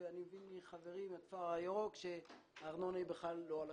ואני מבין מחברי מהכפר הירוק שהארנונה היא לא על השולחן.